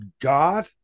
God